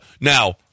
Now